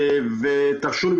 תרשו לי,